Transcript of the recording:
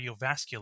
cardiovascular